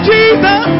Jesus